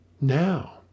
Now